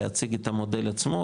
להציג את המודל עצמו,